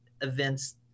events